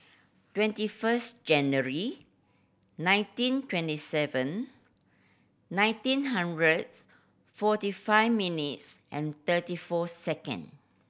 twenty first January nineteen twenty seven nineteen hundreds forty five minutes and thirty four second